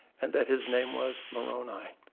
and that his name was moroni.